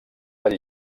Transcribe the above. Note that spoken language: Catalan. del